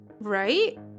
Right